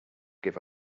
give